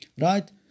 right